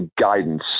guidance